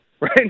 right